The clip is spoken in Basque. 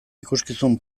ikuskizun